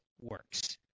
works